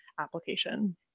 application